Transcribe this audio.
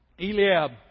Eliab